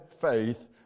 faith